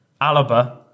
Alaba